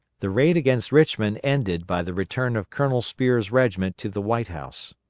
the raid against richmond ended by the return of colonel spear's regiment to the white house.